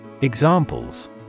Examples